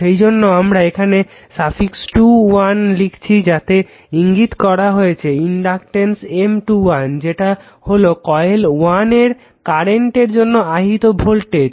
সেইজন্য আমি এখানে সাফিক্স 2 1 লিখেছি যেটা ইঙ্গিত করছে ইনডাকটেন্স M21 যেটা হলো কয়েল 1 এর কারেন্টের জন্য আহিত ভোল্টেজ